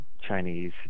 Chinese